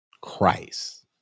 Christ